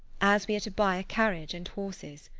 as we are to buy a carriage and horses.